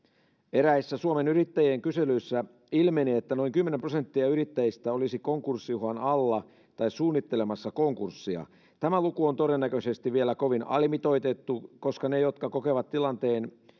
eräissä suomen yrittäjien kyselyissä ilmenee että noin kymmenen prosenttia yrittäjistä olisi konkurssiuhan alla tai suunnittelemassa konkurssia tämä luku on todennäköisesti vielä kovin alimitoitettu koska ne jotka kokevat tilanteen